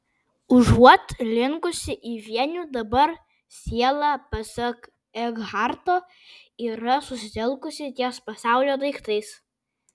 užuot linkusi į vienį dabar siela pasak ekharto yra susitelkusi ties pasaulio daiktais